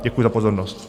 Děkuji za pozornost.